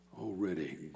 already